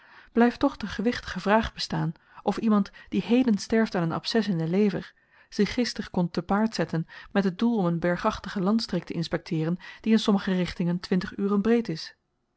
is blyft toch de gewichtige vraag bestaan of iemand die heden sterft aan een abcès in de lever zich gister kon te paard zetten met het doel om een bergachtige landstreek te inspekteeren die in sommige richtingen twintig uren breed is